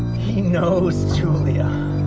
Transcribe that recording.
he knows julia.